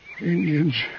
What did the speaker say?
Indians